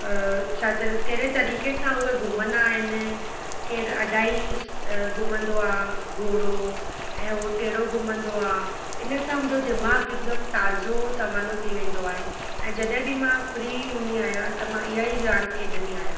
छा चवंदा आहिनि कहिड़े तरीक़े सां उहे घूमंदा आहिनि केर अढाई घूमंदो आहे घोड़ो ऐं उहो टेडो घूमंदो आहे हिन सां मुंहिंजो दिमागु़ हिकुदमि ताज़ो तवानो थी वेंदो आहे ऐं जॾहिं बि मां फ़्री हूंदी आहियां त मां इहा ई रांदि खेॾंदी आहियां